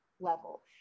level